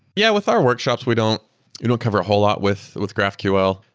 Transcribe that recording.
yeah, with our workshops, we don't don't cover a whole lot with with graphql.